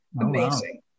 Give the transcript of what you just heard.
Amazing